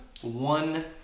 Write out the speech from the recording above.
one